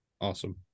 Awesome